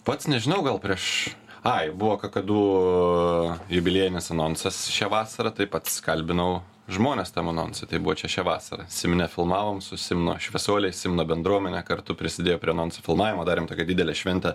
pats nežinau gal prieš ai buvo kakadu jubiliejinis anonsas šią vasarą tai pats kalbinau žmones tam anonse tai buvo čia šią vasarą simne filmavom su simno šviesuoliais simno bendruomene kartu prisidėjo prie anonso filmavimo darėm tokią didelę šventę